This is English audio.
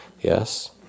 yes